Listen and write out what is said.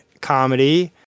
comedy